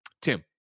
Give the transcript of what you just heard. tim